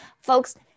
Folks